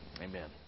Amen